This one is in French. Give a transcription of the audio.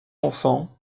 enfants